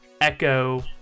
Echo